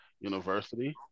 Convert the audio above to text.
University